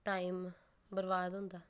time बरबाद होंदा